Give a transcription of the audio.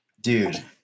Dude